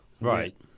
right